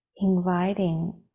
Inviting